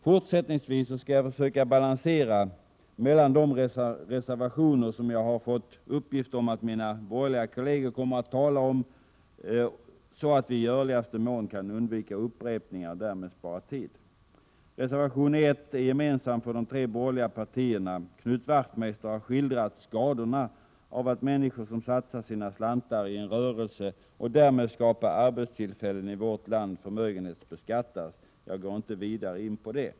Fortsättningsvis skall jag försöka balansera mellan de reservationer som jag har fått uppgift om att mina borgerliga kolleger kommer att tala om, så att vi i görligaste mån kan undvika upprepningar och därmed spara tid. Reservation 1 är gemensam för de tre borgerliga partierna. Knut Wachtmeister har skildrat skadorna av att människor som satsar sina slantar i en rörelse och därmed skapar arbetstillfällen i vårt land förmögenhetsbeskattas. Jag går inte vidare in på det.